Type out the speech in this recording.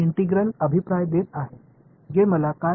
மாணவர் ஃபங்ஷனின் Function மதிப்பு